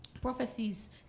prophecies